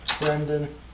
Brendan